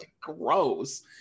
gross